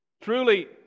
Truly